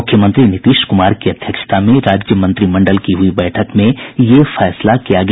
मुख्यमंत्री नीतीश कुमार की अध्यक्षता में राज्य मंत्रिमंडल की हुई बैठक में ये फैसला किया गया